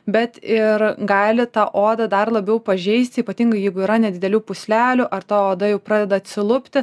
bet ir gali tą odą dar labiau pažeisti ypatingai jeigu yra nedidelių pūslelių ar ta oda jau pradeda atsilupti